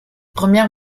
première